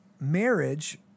marriage